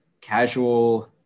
casual